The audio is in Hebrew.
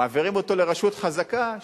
מעבירים אותו לרשות חזקה,